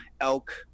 elk